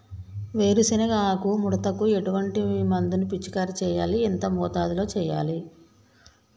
వేరుశెనగ ఆకు ముడతకు ఎటువంటి మందును పిచికారీ చెయ్యాలి? ఎంత మోతాదులో చెయ్యాలి?